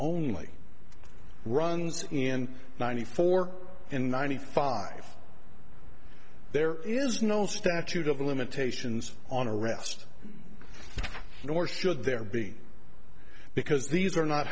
only runs in ninety four in ninety five there is no statute of limitations on arrest nor should there be because these are not